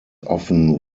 often